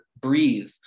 breathe